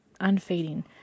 unfading